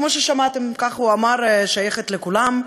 כמו ששמעתם, כך הוא אמר, שייכת לכולם.